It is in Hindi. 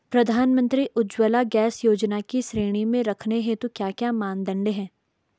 प्रधानमंत्री उज्जवला गैस योजना की श्रेणी में रखने हेतु क्या क्या मानदंड है?